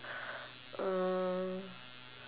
uh